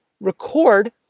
record